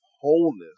wholeness